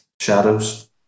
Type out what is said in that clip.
Shadows